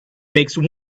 make